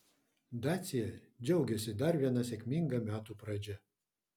dacia džiaugiasi dar viena sėkminga metų pradžia